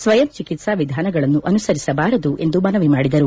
ಸ್ವಯಂ ಚಿಕಿತ್ಸಾ ವಿಧಾನಗಳನ್ನು ಅನುಸರಿಸಬಾರದು ಎಂದು ಮನವಿ ಮಾಡಿದರು